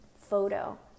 photo